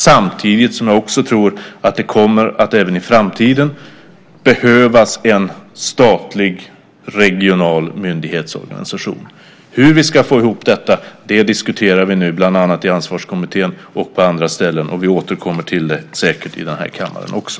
Samtidigt tror jag att det även i framtiden kommer att behövas en statlig regional myndighetsorganisation. Hur vi ska få ihop detta diskuterar vi nu i Ansvarskommittén och på andra ställen, och vi återkommer säkert till det i denna kammare också.